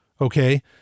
Okay